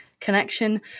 connection